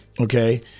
okay